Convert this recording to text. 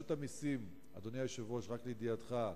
אדוני היושב-ראש, רק לידיעתך,